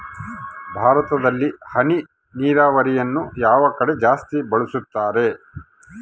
ಭಾರತದಲ್ಲಿ ಹನಿ ನೇರಾವರಿಯನ್ನು ಯಾವ ಕಡೆ ಜಾಸ್ತಿ ಬಳಸುತ್ತಾರೆ?